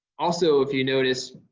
also if you noticed,